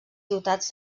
ciutats